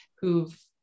who've